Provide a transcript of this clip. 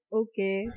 okay